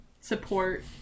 support